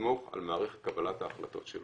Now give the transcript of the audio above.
לסמוך על מערכת קבלת ההחלטות שלו.